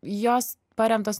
jos paremtos